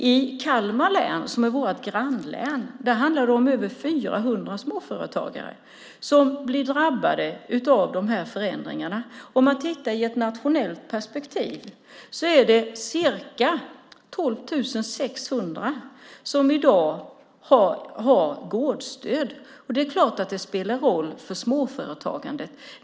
I Kalmar län - vårt grannlän - drabbas över 400 småföretagare av dessa förändringar. I ett nationellt perspektiv är det ca 12 600 som i dag har gårdsstöd. Det är klart att det spelar roll för småföretagandet.